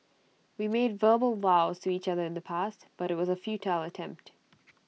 we made verbal vows to each other in the past but IT was A futile attempt